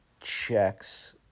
checks